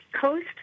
coast